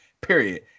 period